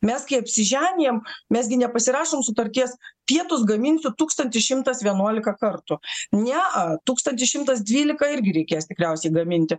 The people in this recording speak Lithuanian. mes kai apsiženijam mes gi nepasirašom sutarties pietus gaminsiu tūkstantis šimtas vienuoliką kartų nea tūkstantis šimtas dvylika irgi reikės tikriausiai gaminti